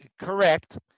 correct